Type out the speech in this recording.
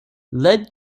led